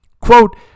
Quote